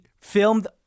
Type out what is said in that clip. filmed